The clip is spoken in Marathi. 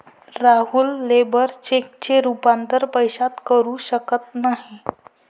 राहुल लेबर चेकचे रूपांतर पैशात करू शकत नाही